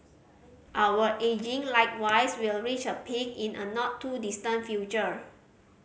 our ageing likewise will reach a peak in a not too distant future